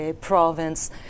province